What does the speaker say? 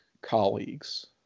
colleagues